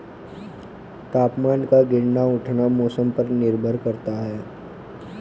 तापमान का गिरना उठना मौसम पर निर्भर करता है